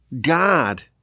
God